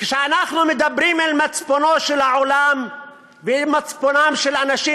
וכשאנחנו מדברים אל מצפונו של העולם ואל מצפונם של אנשים,